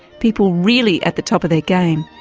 people really at the top of their game,